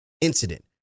incident